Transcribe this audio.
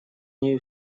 нею